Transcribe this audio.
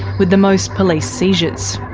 with the most police seizures.